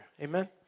Amen